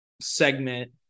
segment